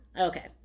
okay